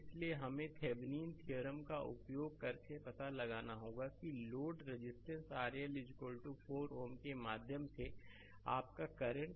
इसलिए हमें Thevenin theorem का उपयोग करके पता लगाना होगा कि लोड रेजिस्टेंस RL 4 Ω के माध्यम से आपका करंट